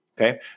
okay